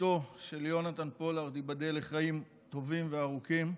אשתו של יונתן פולארד, ייבדל לחיים טובים וארוכים.